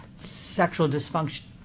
sexual dysfunction,